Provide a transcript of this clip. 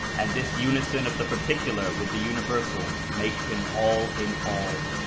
and this unison of the particular with the universal makes him all in all